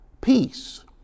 peace